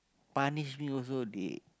punish me also they